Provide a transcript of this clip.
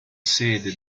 sede